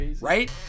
right